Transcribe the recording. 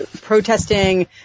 protesting